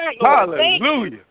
Hallelujah